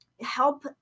help